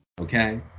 Okay